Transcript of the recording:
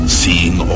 seeing